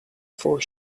for